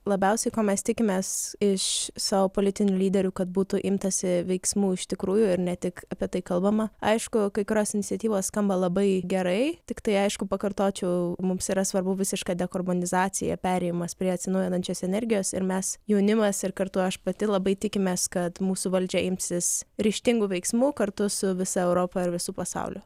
labiausiai ko mes tikimės iš savo politinių lyderių kad būtų imtasi veiksmų iš tikrųjų ir ne tik apie tai kalbama aišku kai kurios iniciatyvos skamba labai gerai tiktai aišku pakartočiau mums yra svarbu visiška dekarbonizacija perėjimas prie atsinaujinančios energijos ir mes jaunimas ir kartu aš pati labai tikimės kad mūsų valdžia imsis ryžtingų veiksmų kartu su visa europa ir visu pasauliu